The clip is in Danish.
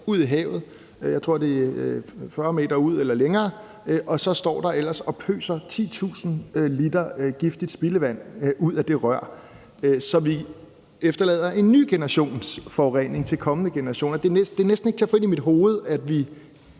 ud i havet – jeg tror, det er 40 m ud eller længere – og så pøser der ellers titusindvis liter giftigt spildevand ud af det rør, så vi efterlader en ny generationsforurening til kommende generationer. Det er næsten ikke til at få ind i mit hoved, at vi,